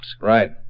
Right